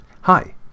Hi